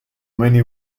many